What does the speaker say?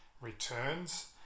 returns